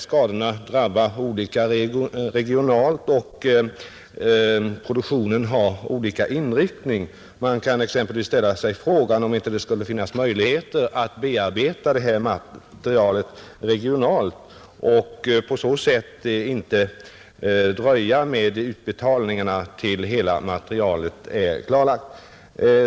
Skadorna drabbar olika regionalt, och produktionen har olika inriktning i olika regioner, Man kan ställa sig frågan om det inte skulle finnas möjligheter att bearbeta materialet regionalt och på så sätt inte fördröja utbetalningarna tills hela materialet är bearbetat.